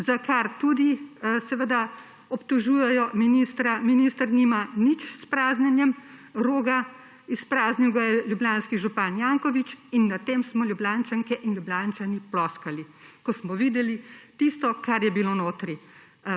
za kar tudi obtožujejo ministra. Ministra nima nič s praznjenjem Roga. Izpraznil ga je ljubljanski župan Janković in nad tem smo Ljubljančanke in Ljubljančani ploskali, ko smo videli tisto, kar je bilo notri.